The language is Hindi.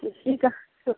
उसी का